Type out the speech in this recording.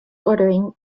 ordering